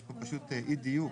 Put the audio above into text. יש פה פשוט אי דיוק